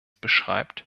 beschreibt